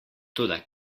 toda